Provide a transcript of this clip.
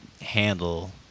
handle